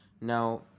Now